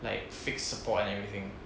like fix support and everything